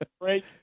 great